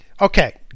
Okay